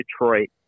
Detroit